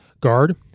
guard